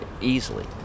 easily